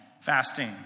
fasting